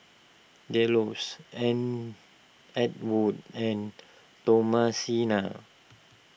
Delos An Antwon and Thomasina